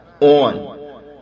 on